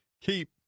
keep